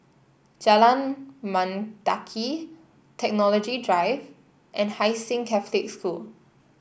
Jalan Mendaki Technology Drive and Hai Sing Catholic School